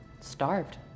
Starved